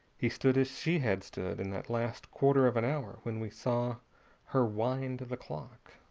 he stood as she had stood in that last quarter of an hour when we saw her wind the clock.